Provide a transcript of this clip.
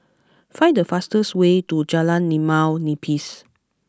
find the fastest way to Jalan Limau Nipis